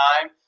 time